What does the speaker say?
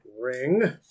Ring